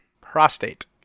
Prostate